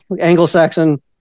Anglo-Saxon